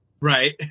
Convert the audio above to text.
Right